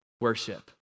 worship